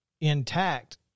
intact